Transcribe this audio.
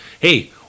hey